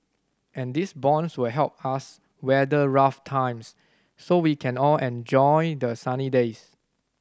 and these bonds will help us weather rough times so we can all enjoy the sunny days